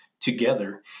together